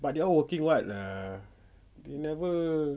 but they all working what lah they never